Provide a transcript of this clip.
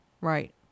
Right